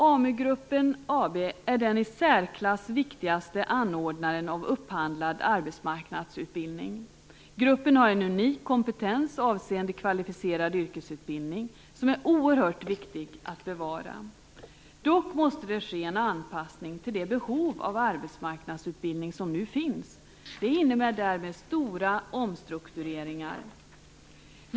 Amu-gruppen AB är den i särklass viktigaste anordnaren av upphandlad arbetsmarknadsutbildning. Gruppen har en unik kompetens avseende kvalificerad yrkesutbildning, som är oerhört viktig att bevara. Dock måste det ske en anpassning till det behov av arbetsmarknadsutbildning som nu finns. Det innebär därmed stora omstruktureringar.